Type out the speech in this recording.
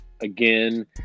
Again